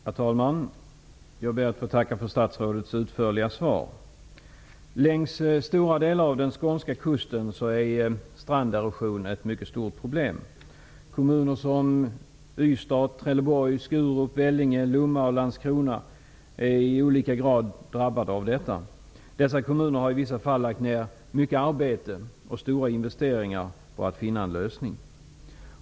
Herr talman! Jag ber att få tacka för statsrådets utförliga svar. Längs stora delar av den skånska kusten är stranderosion ett mycket stort problem. Vellinge, Lomma och Landskrona är i olika hög grad drabbade av detta. Dessa kommuner har i vissa fall lagt ner mycket arbete och stora investeringar på att finna en lösning.